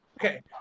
Okay